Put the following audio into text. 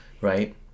Right